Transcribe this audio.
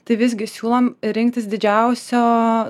tai visgi siūlom rinktis didžiausio